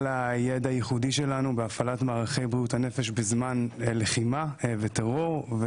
הידע הייחודי שלנו בהפעלת מערכי בריאות הנפש בזמן לחימה וטרור.